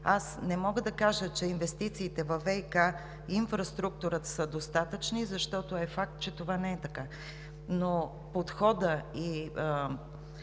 Аз не мога да кажа, че инвестициите във ВиК инфраструктурата са достатъчни, защото е факт, че това не е така, но подходът и